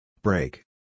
Break